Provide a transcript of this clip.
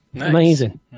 Amazing